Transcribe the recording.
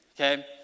Okay